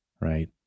right